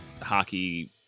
hockey